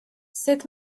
sut